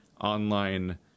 online